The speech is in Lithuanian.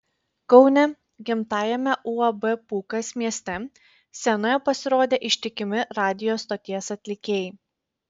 kaune gimtajame uab pūkas mieste scenoje pasirodė ištikimi radijo stoties atlikėjai